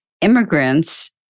immigrants